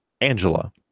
Angela